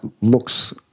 looks